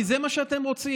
כי זה מה שאתם רוצים.